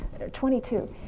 22